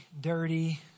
dirty